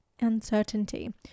uncertainty